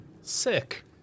Sick